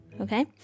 okay